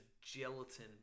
gelatin